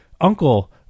uncle